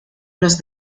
los